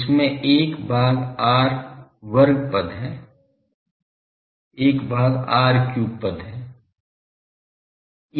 इसमें 1 भाग r वर्ग पद है 1 भाग r cube पद है